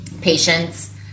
patient's